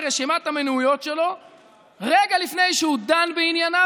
מרשימת המניעויות שלו רגע לפני שהוא דן בענייניה,